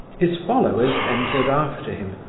his followers entered after him,